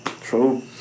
True